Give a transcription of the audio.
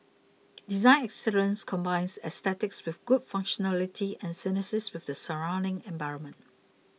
design excellence combines aesthetics with good functionality and synthesis with the surrounding environment